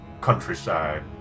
countryside